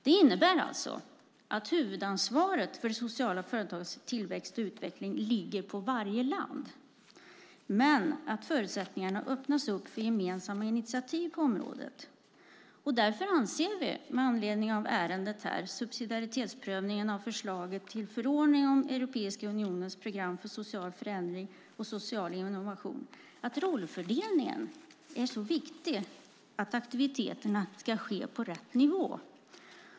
Det innebär att huvudansvaret för sociala företags tillväxt och utveckling ligger på varje land men att förutsättningarna öppnas för gemensamma initiativ på området. Därför anser vi med anledning av dagens ärende, det vill säga subsidiaritetsprövning av förslaget till förordning om Europeiska unionens program för social förändring och social innovation, att rollfördelningen är så viktig att aktiviteterna ska ske på rätt nivå.